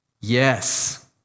Yes